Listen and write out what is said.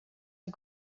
que